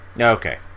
Okay